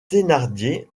thénardier